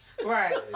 Right